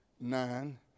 nine